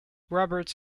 roberts